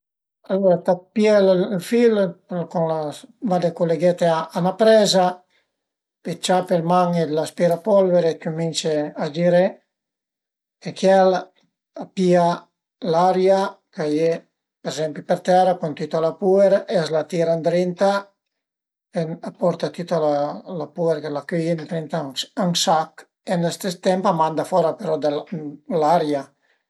Alura ti pìe ël fil e vade culeghete a 'na preza, pöi ciape ël manu dë l'aspirapolvere e cumince a giré e chiel a pìa l'aria ch'a ie për ezempi per tera cun tüta la puer e a s'la tira ëndrinta, a porta tüta la puer ch'al a cöi ëndrinta a ün sach e ën le stes temp a manda però fora l'aria